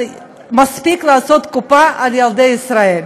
מספיק לעשות קופה על ילדי ישראל.